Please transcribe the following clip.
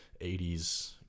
80s